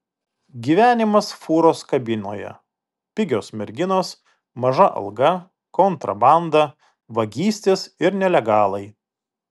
gyvenimas fūros kabinoje pigios merginos maža alga kontrabanda vagystės ir nelegalai